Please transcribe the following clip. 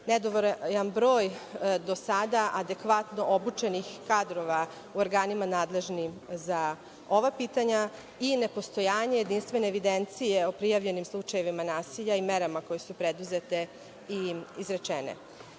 Nedovoljan broj do sada adekvatno obučenih kadrova u organima nadležnim za ova pitanja i nepostojanje jedinstvene evidencije o prijavljenim slučajevima nasilja i merama koje su preduzete i izrečene. Predlogom